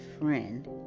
friend